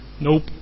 Nope